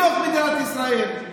בתוך מדינת ישראל,